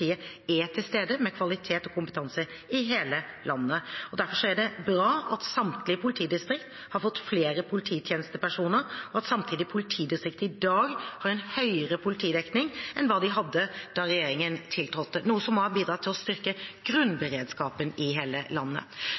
er til stede med kvalitet og kompetanse i hele landet. Derfor er det bra at samtlige politidistrikt har fått flere polititjenestepersoner, og at samtlige politidistrikt i dag har en høyere politidekning enn hva de hadde da regjeringen tiltrådte, noe som også har bidratt til å styrke grunnberedskapen i hele landet.